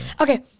Okay